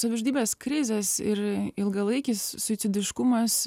savižudybės krizės ir ilgalaikis suicidiškumas